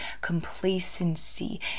complacency